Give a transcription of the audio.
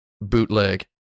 bootleg